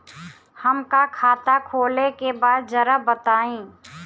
हमका खाता खोले के बा जरा बताई?